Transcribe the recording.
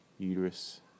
uterus